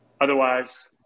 Otherwise